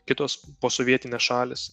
kitos posovietinės šalys